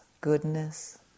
goodness